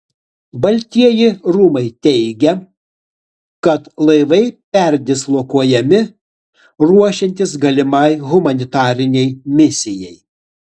baltieji rūmai teigia kad laivai perdislokuojami ruošiantis galimai humanitarinei misijai